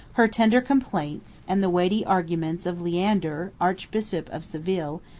her tender complaints, and the weighty arguments of le ander, archbishop of seville,